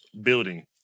Building